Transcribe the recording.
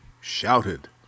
shouted